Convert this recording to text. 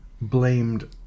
blamed